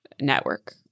network